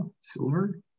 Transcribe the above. Silver